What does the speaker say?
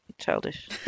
childish